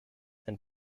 and